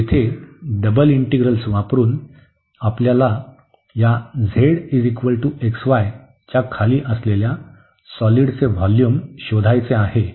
तर येथे double integrals वापरुन आपल्याला या zxy च्या खाली असलेल्या सॉलिडचे व्होल्यूम शोधायचे आहे